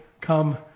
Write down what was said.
come